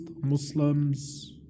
Muslims